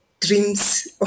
dreams